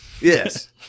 Yes